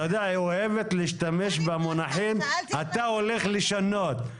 היא אוהבת להשתמש במונחים "אתה הולך לשנות".